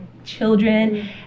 children